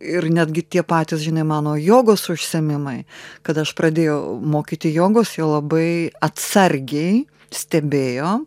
ir netgi tie patys žinia mano jogos užsiėmimai kada aš pradėjau mokyti jogos jie labai atsargiai stebėjo